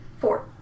Four